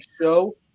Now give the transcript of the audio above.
show